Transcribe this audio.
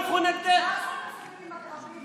חבר הכנסת אזולאי,